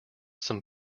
some